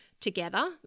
together